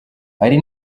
ari